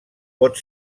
pot